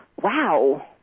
Wow